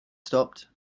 stopped